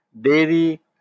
Dairy